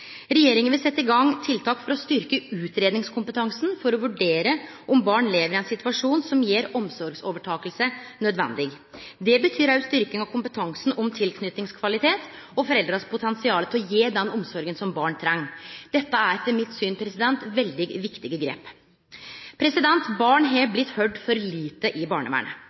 Regjeringa vil setje i gang tiltak for å styrkje utgreiingskompetansen for å vurdere om barn lever i ein situasjon som gjer at omsorgsovertaking er nødvendig. Det betyr òg styrking av kompetansen om tilknytingskvalitet og foreldras potensial til å gje den omsorga som barn treng. Dette er etter mitt syn veldig viktige grep. Barn har blitt høyrde for lite i barnevernet.